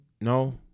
No